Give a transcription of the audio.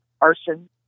arson